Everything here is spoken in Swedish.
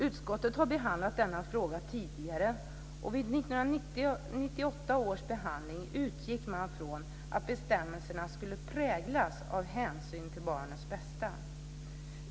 Utskottet har behandlat denna fråga tidigare, och vid 1998 års behandling utgick man från att bestämmelserna skulle präglas av hänsyn till barnets bästa.